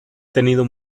tenido